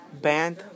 Band